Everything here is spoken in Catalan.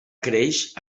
creix